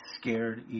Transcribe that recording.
scared